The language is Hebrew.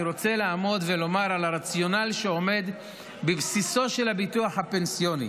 אני רוצה לעמוד ולומר: הרציונל שעומד בבסיסו של הביטוח הפנסיוני